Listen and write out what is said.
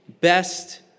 best